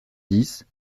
dix